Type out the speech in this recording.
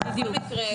זה משהו מבורך.